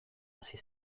hasi